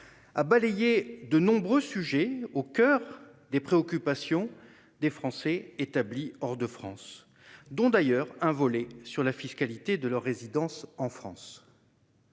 a balayé de nombreux sujets au coeur des préoccupations des Français établis hors de France, notamment un volet sur la fiscalité de leur résidence en France.